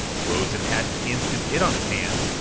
rosen had an instant hit on his hands,